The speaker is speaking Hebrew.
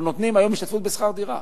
אנחנו נותנים היום השתתפות בשכר דירה